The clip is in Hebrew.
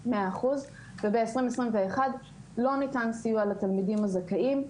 -- וב-2021, לא ניתן סיוע לתלמידים הזכאים.